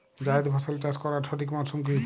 জায়েদ ফসল চাষ করার সঠিক মরশুম কি?